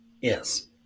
Yes